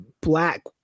Black